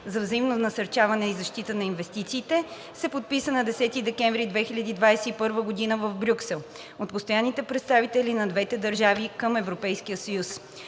за взаимно насърчаване и защита на инвестициите се подписа на 10 декември 2021 г. в Брюксел от постоянните представители на двете държави към Европейския съюз.